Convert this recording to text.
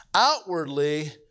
outwardly